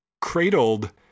cradled